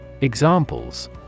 Examples